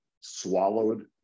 swallowed